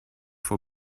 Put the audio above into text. vor